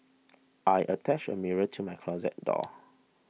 I attached a mirror to my closet door